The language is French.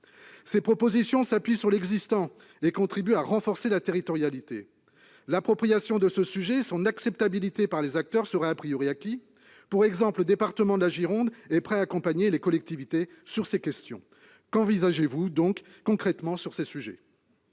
Ces propositions s'appuient sur l'existant et contribuent à renforcer la territorialité. L'appropriation de ce sujet et son acceptabilité par les acteurs seraient acquises- le département de la Gironde est par exemple prêt à accompagner les collectivités sur ces questions. Qu'envisagez-vous concrètement sur ces sujets ?